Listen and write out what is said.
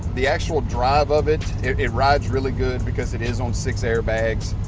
the actual drive of it, it it rides really good because it is on six airbags.